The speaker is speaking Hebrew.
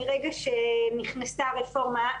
מרגע שנכנסה הרפורמה,